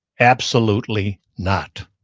absolutely not.